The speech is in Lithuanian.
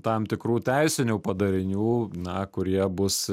tam tikrų teisinių padarinių na kurie bus